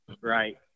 right